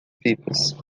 pipas